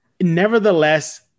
nevertheless